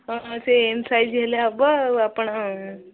ହଁ ସେ M size ହେଲେ ହେବ ଆଉ ଆପଣ